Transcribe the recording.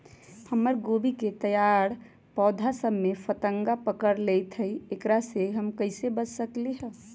हमर गोभी के तैयार पौधा सब में फतंगा पकड़ लेई थई एकरा से हम कईसे बच सकली है?